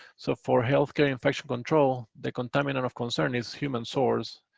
so, for healthcare infection control, the contaminant of concern is human source,